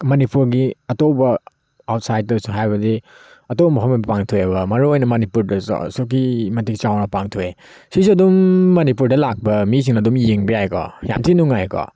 ꯃꯅꯤꯄꯨꯔꯒꯤ ꯑꯇꯣꯞꯄ ꯑꯥꯎꯠꯁꯥꯏꯗꯇꯁꯨ ꯍꯥꯏꯕꯗꯤ ꯑꯇꯣꯞꯄ ꯃꯐꯝꯗ ꯄꯥꯡꯊꯣꯛꯑꯦꯕ ꯃꯔꯨ ꯑꯣꯏꯅ ꯃꯅꯤꯄꯨꯔꯗꯁꯨ ꯑꯁꯨꯛꯀꯤ ꯃꯇꯤꯛ ꯆꯥꯎꯅ ꯄꯥꯡꯊꯣꯛꯑꯦ ꯁꯤꯁꯦ ꯑꯗꯨꯝ ꯃꯅꯤꯄꯨꯔꯗ ꯂꯥꯛꯄ ꯃꯤꯁꯤꯡꯅ ꯑꯗꯨꯝ ꯌꯦꯡꯕ ꯌꯥꯏꯀꯣ ꯌꯥꯝ ꯊꯤ ꯅꯨꯡꯉꯥꯏꯀꯣ